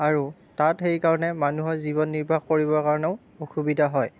আৰু তাত সেই কাৰণে মানুহৰ জীৱন নিৰ্বাহ কৰিব কাৰণেও অসুবিধা হয়